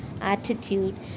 attitude